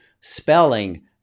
spelling